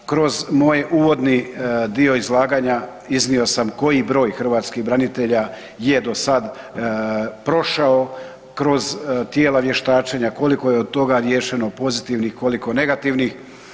Kroz moj uvodni dio izlaganja iznio sam koji broj hrvatskih branitelja je do sada prošao kroz tijela vještačenja, koliko je od toga riješeno pozitivnih, koliko negativnih.